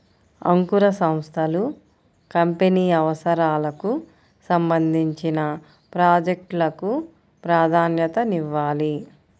అంకుర సంస్థలు కంపెనీ అవసరాలకు సంబంధించిన ప్రాజెక్ట్ లకు ప్రాధాన్యతనివ్వాలి